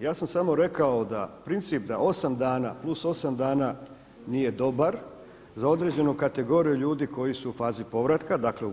Ja sam samo rekao da princip da osam dana plus osam dana nije dobar za određenu kategoriju ljudi koji su u fazi povratka, dakle